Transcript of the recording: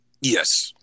Yes